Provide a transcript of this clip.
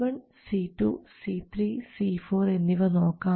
C1 C2 C3 C4 എന്നിവ നോക്കാം